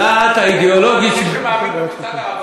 מה, אתה, להאמין במוסד הרבנות?